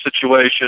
situation